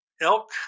elk